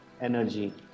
energy